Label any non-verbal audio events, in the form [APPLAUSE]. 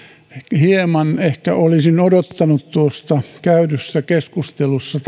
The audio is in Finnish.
hieman ehkä olisin odottanut tuossa käydyssä keskustelussa [UNINTELLIGIBLE]